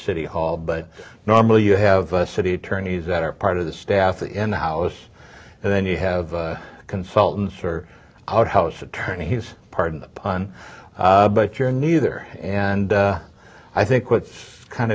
city hall but normally you have the city attorney's that are part of the staff in the house and then you have consultants or house attorneys pardon the pun but you're neither and i think what's kind